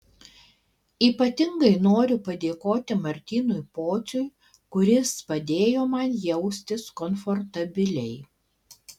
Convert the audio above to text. ypatingai noriu padėkoti martynui pociui kuris padėjo man jaustis komfortabiliai